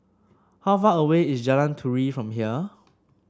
how far away is Jalan Turi from here